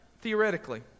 Theoretically